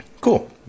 Cool